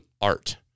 art